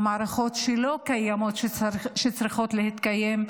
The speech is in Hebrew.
המערכות שלא קיימות שצריכות להתקיים,